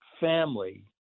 family